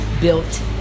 built